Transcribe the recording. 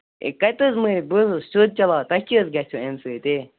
A کَتہِ حظ بہٕ حظ اوسُس سیٚود چلان تۄہہِ کیٛاہ حظ گژھِوُ اَمہِ سۭتۍ اے